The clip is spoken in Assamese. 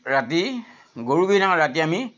ৰাতি গৰু বিহু দিনাখন ৰাতি আমি